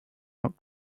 out